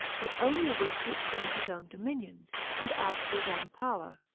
but only a wish to extend his own dominions, and add to his own power,